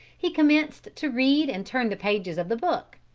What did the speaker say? he commenced to read and turn the pages of the book,